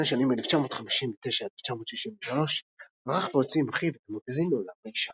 בין השנים 1959–1963 ערך והוציא עם אחיו את המגזין "עולם האשה".